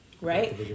right